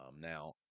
now